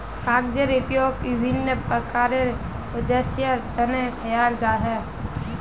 कागजेर उपयोग विभिन्न प्रकारेर उद्देश्येर तने कियाल जा छे